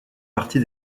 partie